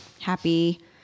happy